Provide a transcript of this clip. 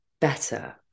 better